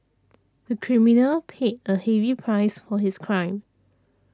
the criminal paid a heavy price for his crime